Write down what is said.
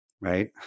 right